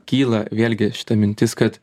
kyla vėlgi šita mintis kad